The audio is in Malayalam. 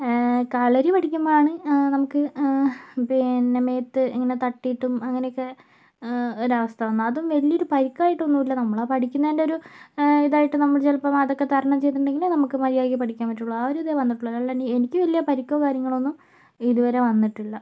കളരി പഠിക്കുമ്പോഴാണ് നമുക്ക് പിന്നെ മേത്ത് ഇങ്ങനെ തട്ടീട്ടും അങ്ങനെയൊക്കെ ഒരവസ്ഥ വന്നത് അതും വലിയൊരു പരിക്കായിട്ടൊന്നുമില്ല നമ്മള് ആ പഠിക്കുന്നതിൻ്റെ ഒരു ഇതായിട്ട് നമ്മള് അതൊക്കെ തരണം ചെയ്തിട്ടുണ്ടേൽ നമുക്ക് മര്യാദയ്ക്ക് പഠിക്കാൻ പറ്റുവൊള്ളൂ ആ ഒരിതേ വന്നിട്ടുള്ളു അല്ലാണ്ട് എനിക്ക് വലിയ പരിക്കോ കാര്യങ്ങളൊന്നും ഇതുവരെ വന്നിട്ടില്ല